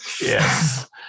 yes